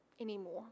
anymore